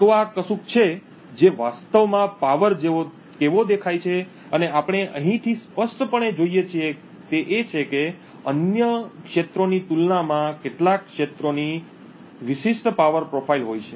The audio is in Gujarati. તો વાસ્તવમાં પાવર કેવો દેખાય છે અને આપણે અહીંથી સ્પષ્ટપણે જોઈએ છીએ તે એ છે કે અન્ય પ્રદેશોની તુલનામાં કેટલાક પ્રદેશોની વિશિષ્ટ પાવર પ્રોફાઇલ હોય છે